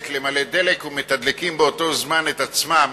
למלא דלק ומתדלקים באותו זמן את עצמם